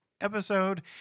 episode